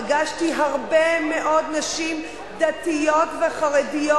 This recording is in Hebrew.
פגשתי הרבה מאוד נשים דתיות וחרדיות